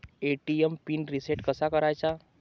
ATM pin reset कसा करायचा?